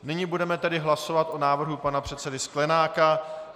Nyní budeme tedy hlasovat o návrhu pana předsedy Sklenáka.